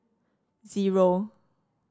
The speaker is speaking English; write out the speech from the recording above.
zero